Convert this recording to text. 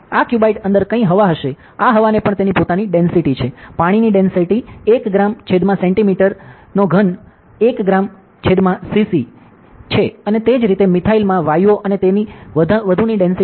અને આ ક્યુબોઇડ અંદર કઈ હવા હશે આ હવાને પણ તેની પોતાની ડેંસિટી છે પાણીની ડેંસિટી 1 ગ્રામ સેન્ટિમીટર3 1 gramcentimetre3 1 ગ્રામ સીસી છે અને તે જ રીતે મિથાઈલ માં વાયુઓ અને તેથી વધુની ડેંસિટી હોય છે